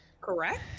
correct